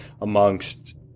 amongst